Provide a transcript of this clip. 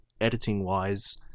editing-wise